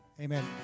Amen